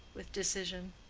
with decision.